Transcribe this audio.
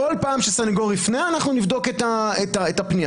בכל פעם שסנגור יפנה, נבדוק את הפנייה.